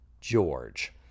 George